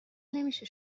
نمیشه